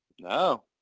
No